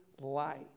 light